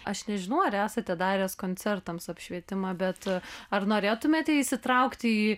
aš nežinau ar esate daręs koncertams apšvietimą bet ar norėtumėte įsitraukti į